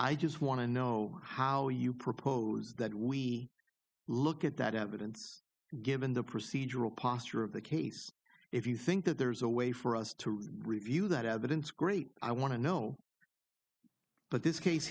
i just want to know how you propose that we look at that evidence given the procedural posture of the case if you think that there's a way for us to review that evidence great i want to know but this case